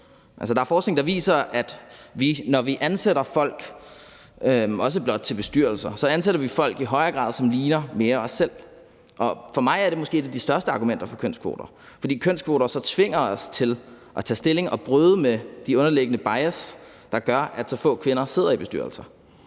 der er forskning, der viser, at vi, når vi ansætter folk – også blot til bestyrelser – i højere grad ansætter folk, som ligner os selv. For mig er det måske et af de største argumenter for kønskvoter, fordi kønskvoter så tvinger os til at tage stilling til og bryde med de underliggende bias, der gør, at så få kvinder sidder i bestyrelser.